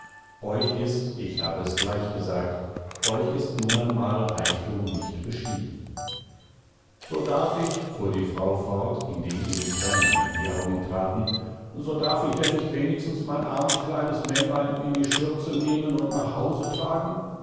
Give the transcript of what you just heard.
euch ist ich habe es gleich gesagt euch ist nun einmal reichtum nicht beschieden so darf ich fuhr die frau fort indem ihr die tränen in die augen traten so darf ich denn nicht wenigstens mein armes kleines männlein in die schürze nehmen und nach hause tragen